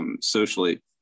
socially